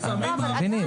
אנחנו מבינים.